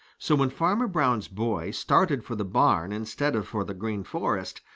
so, when farmer brown's boy started for the barn instead of for the green forest,